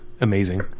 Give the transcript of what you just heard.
amazing